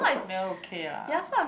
then okay ah